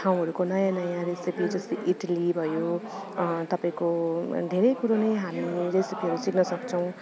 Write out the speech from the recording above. ठाउँहरूको नयाँ नयाँ रेसिपी जस्तै इडली भयो तपाईँको धेरै कुरो नै हामी रेसिपीहरू सिक्नसक्छौँ